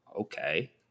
Okay